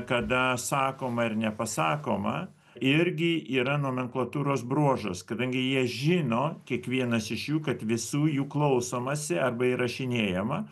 kada sakoma ir nepasakoma irgi yra nomenklatūros bruožas kadangi jie žino kiekvienas iš jų kad visų jų klausomasi arba įrašinėjama